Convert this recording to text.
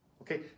Okay